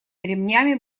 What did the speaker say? ремнями